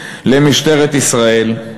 למשטרת ישראל,